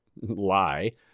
lie